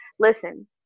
listen